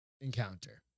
encounter